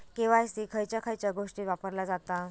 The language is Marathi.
के.वाय.सी खयच्या खयच्या गोष्टीत वापरला जाता?